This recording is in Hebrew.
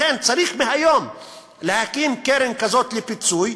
לכן צריך מהיום להקים קרן כזאת, לפיצוי,